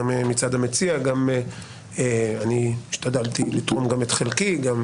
גם מצד המציע וגם אני השתדלתי לתרום את חלקי וכך